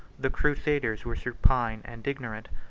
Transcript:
the crusaders were supine and ignorant,